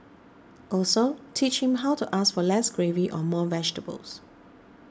also teach him how to ask for less gravy or more vegetables